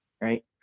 right